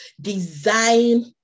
Design